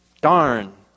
darn